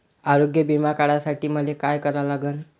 आरोग्य बिमा काढासाठी मले काय करा लागन?